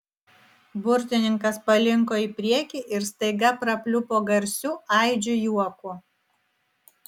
burtininkas palinko į priekį ir staiga prapliupo garsiu aidžiu juoku